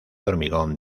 hormigón